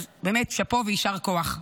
באמת שאפו ויישר כוח.